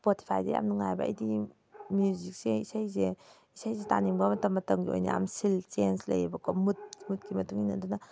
ꯏꯁꯄꯣꯇꯤꯐꯥꯏꯁꯦ ꯌꯥꯝ ꯅꯨꯡꯉꯥꯏꯑꯕ ꯑꯩꯗꯤ ꯃ꯭ꯌꯨꯖꯤꯛꯁꯦ ꯏꯁꯩꯁꯦ ꯏꯁꯩꯁꯦ ꯇꯥꯅꯤꯡꯕ ꯃꯇꯝ ꯃꯇꯝꯒꯤ ꯑꯣꯏꯅ ꯌꯥꯝ ꯆꯦꯟꯖ ꯂꯩꯑꯕꯀꯣ ꯃꯨꯠ ꯃꯨꯠꯀꯤ ꯃꯇꯨꯡ ꯏꯟꯅ ꯑꯗꯨꯅ